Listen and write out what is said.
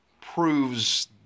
proves